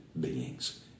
beings